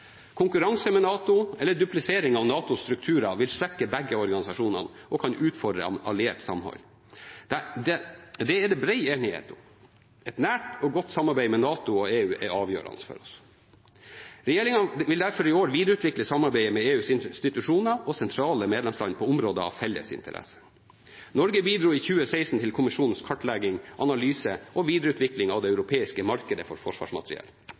Konkurranse med NATO, eller duplisering av NATOs strukturer, vil svekke begge organisasjoner og kan utfordre alliert samhold. Det er det bred enighet om. Et nært og godt samarbeid mellom NATO og EU er avgjørende for oss. Regjeringen vil derfor i år videreutvikle samarbeidet med EUs institusjoner og sentrale medlemsland på områder av felles interesse. Norge bidro i 2016 til kommisjonens kartlegging, analyse og videreutvikling av det europeiske markedet for forsvarsmateriell.